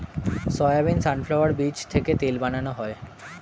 soybean, sunflower বীজ থেকে তেল বানানো হয়